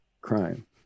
crime